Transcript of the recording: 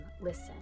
listen